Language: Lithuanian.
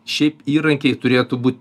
šiaip įrankiai turėtų būt